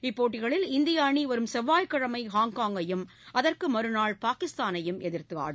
இப்போட்டியில் இந்திய அணி வரும் செவ்வாய்க்கிழமை ஹாங்காங்கையும் அதற்கு மறுநாள் பாகிஸ்தானையும் எதிர்த்து ஆடும்